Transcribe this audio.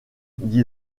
dit